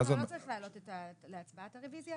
לא צריך להעלות להצבעת הרוויזיה,